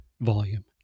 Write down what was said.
volume